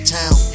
town